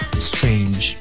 strange